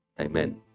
Amen